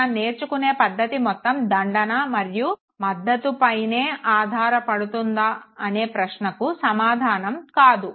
మనం నేర్చుకున్నే పద్ధతి మొత్తం దండన మరియు మద్ధతుపైనే ఆధారపడుతుందా అనే ప్రశ్నకు సమాధానం కాదు